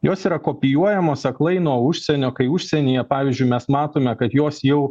jos yra kopijuojamos aklai nuo užsienio kai užsienyje pavyzdžiui mes matome kad jos jau